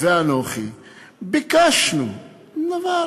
ואנוכי ביקשנו דבר